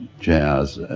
jazz,